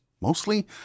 mostly